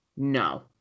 No